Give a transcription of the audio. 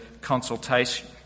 consultation